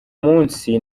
munsi